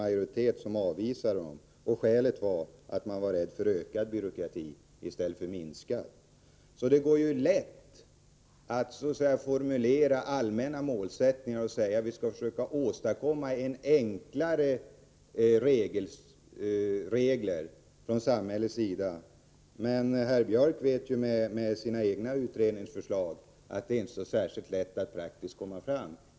Anledning 25 stärka folkrörelsernas roll en härtill var att man var rädd för att de skulle leda till ökad byråkrati i stället för till minskad. Det går naturligtvis lätt att formulera allmänna målsättningar och säga att vi skall försöka åstadkomma enklare regler från samhällets sida, men herr Björk vet ju av erfarenhet från sina egna utredningsförslag att det inte är särskilt lätt att praktiskt komma fram.